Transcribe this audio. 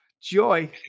joy